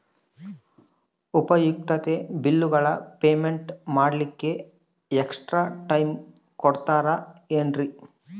ಉಪಯುಕ್ತತೆ ಬಿಲ್ಲುಗಳ ಪೇಮೆಂಟ್ ಮಾಡ್ಲಿಕ್ಕೆ ಎಕ್ಸ್ಟ್ರಾ ಟೈಮ್ ಕೊಡ್ತೇರಾ ಏನ್ರಿ?